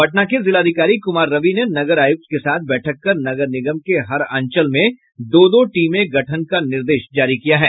पटना के जिलाधिकारी कुमार रवि ने नगर आयुक्त के साथ बैठक कर नगर निगम के हर अंचल में दो दो टीम गठन का निर्देश जारी किया है